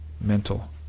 mental